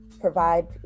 provide